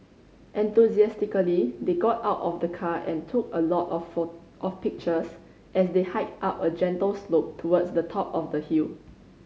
enthusiastically they got out of the car and took a lot of for of pictures as they hiked up a gentle slope towards the top of the hill